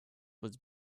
was